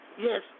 Yes